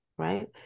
right